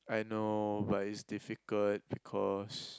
I know but it's difficult because